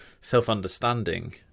self-understanding